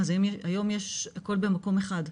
אז היום יש הכל במקום אחד.